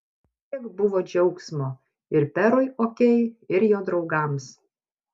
kiek buvo džiaugsmo ir perui okei ir jo draugams